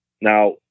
Now